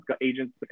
agents